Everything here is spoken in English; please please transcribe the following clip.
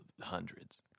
hundreds